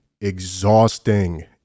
exhausting